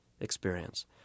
experience